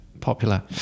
popular